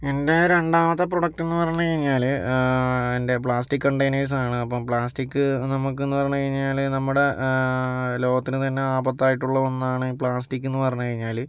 എൻ്റെ രണ്ടാമത്തെ പ്രൊഡക്റ്റെന്നു പറഞ്ഞു കഴിഞ്ഞാൽ എൻ്റെ പ്ലാസ്റ്റിക്ക് കണ്ടയ്നേഴ്സാണ് അപ്പോൾ പ്ലാസ്റ്റിക്ക് നമുക്കെന്നു പറഞ്ഞു കഴിഞ്ഞാൽ നമ്മുടെ ലോകത്തിനു തന്നെ ആപത്തായിട്ടുള്ള ഒന്നാണ് പ്ലാസ്റ്റിക്ക് എന്നു പറഞ്ഞു കഴിഞ്ഞാൽ